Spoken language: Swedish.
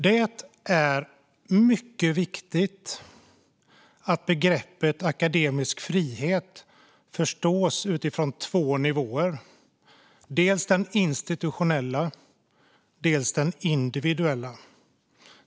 Det är mycket viktigt att begreppet akademisk frihet förstås utifrån två nivåer, dels den institutionella, dels den individuella.